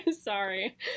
Sorry